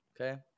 okay